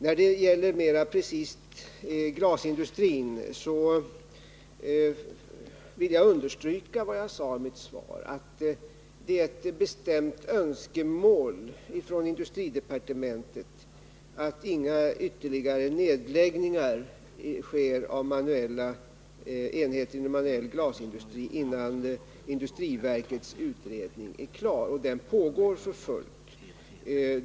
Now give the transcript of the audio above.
När det gäller just glasindustrin vill jag understryka vad jag sade i mitt svar, nämligen att det är ett bestämt önskemål från industridepartementet att det inte sker några ytterligare nedläggningar av enheter inom den manuella glasindustrin innan industriverkets utredning är klar. Den utredningen pågår för fullt.